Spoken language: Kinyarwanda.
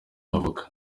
avoka